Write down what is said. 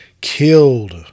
killed